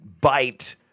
bite